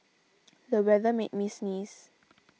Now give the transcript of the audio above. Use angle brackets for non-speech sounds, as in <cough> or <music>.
<noise> the weather made me sneeze